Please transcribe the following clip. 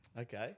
Okay